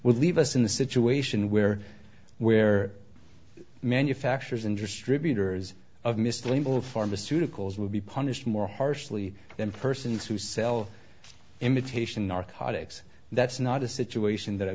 would leave us in the situation where where manufacturers and distributors of mr liebeler pharmaceuticals would be punished more harshly than persons who sell imitation narcotics that's not a situation that i